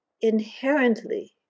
inherently